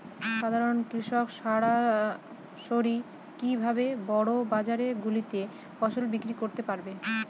সাধারন কৃষক সরাসরি কি ভাবে বড় বাজার গুলিতে ফসল বিক্রয় করতে পারে?